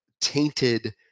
tainted